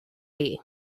hiv